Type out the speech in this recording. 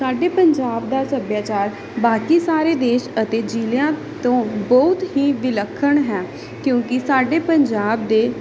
ਸਾਡੇ ਪੰਜਾਬ ਦਾ ਸੱਭਿਆਚਾਰ ਬਾਕੀ ਸਾਰੇ ਦੇਸ਼ ਅਤੇ ਜ਼ਿਲ੍ਹਿਆਂ ਤੋਂ ਬਹੁਤ ਹੀ ਵਿਲੱਖਣ ਹੈ ਕਿਉਂਕਿ ਸਾਡੇ ਪੰਜਾਬ ਦੇ